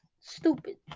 Stupid